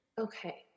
Okay